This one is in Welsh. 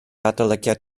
adolygiad